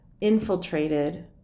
infiltrated